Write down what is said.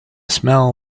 smell